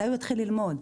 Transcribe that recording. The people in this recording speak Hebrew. מתי הוא יתחיל ללמוד?